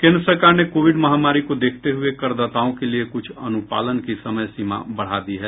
केन्द्र सरकार ने कोविड महामारी को देखते हुए करदाताओं के लिए कुछ अनुपालन की समयसीमा बढ़ा दी है